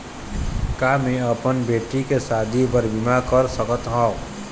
का मैं अपन बेटी के शादी बर बीमा कर सकत हव?